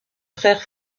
frère